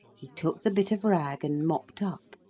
he took the bit of rag, and mopped up,